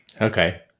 Okay